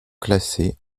classé